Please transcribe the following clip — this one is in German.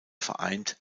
vereint